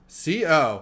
co